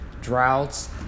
droughts